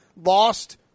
Lost